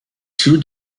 two